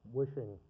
wishing